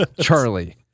Charlie